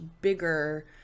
bigger